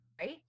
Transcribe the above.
right